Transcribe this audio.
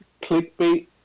clickbait